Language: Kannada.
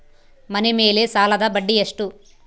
ಮನೆ ಮೇಲೆ ಸಾಲದ ಬಡ್ಡಿ ಎಷ್ಟು?